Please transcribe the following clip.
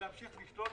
ולהמשיך לשלוט.